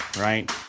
right